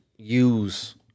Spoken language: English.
use